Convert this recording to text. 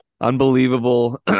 Unbelievable